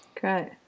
Great